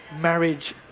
marriage